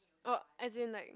or as in like